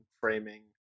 framing